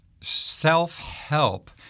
Self-help